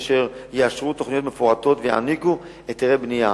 אשר יאשרו תוכניות מפורטות ויעניקו היתרי בנייה.